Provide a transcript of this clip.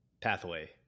pathway